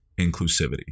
inclusivity